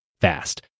fast